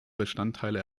bestandteile